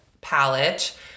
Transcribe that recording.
palette